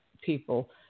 people